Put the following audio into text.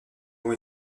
vont